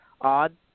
odd